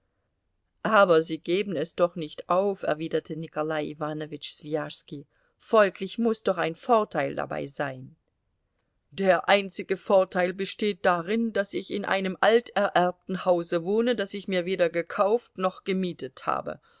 aber sie geben es doch nicht auf erwiderte nikolai iwanowitsch swijaschski folglich muß doch ein vorteil dabei sein der einzige vorteil besteht darin daß ich in einem altererbten hause wohne das ich mir weder gekauft noch gemietet habe